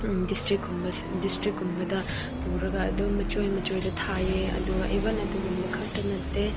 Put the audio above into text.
ꯗꯤꯁꯇ꯭ꯔꯤꯛꯀꯨꯝꯕ ꯗꯤꯁꯇ꯭ꯔꯤꯛꯀꯨꯝꯕꯗ ꯄꯨꯔꯒ ꯑꯗꯨꯝ ꯃꯆꯣꯏ ꯃꯆꯣꯏꯗ ꯊꯥꯏꯌꯦ ꯑꯗꯨꯒ ꯏꯚꯟ ꯑꯗꯨꯒꯨꯝꯕꯈꯛꯇ ꯅꯠꯇꯦ